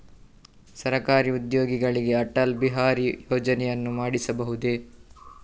ಸರಕಾರಿ ಉದ್ಯೋಗಿಗಳಿಗೆ ಅಟಲ್ ಬಿಹಾರಿ ಯೋಜನೆಯನ್ನು ಮಾಡಿಸಬಹುದೇ?